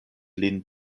lin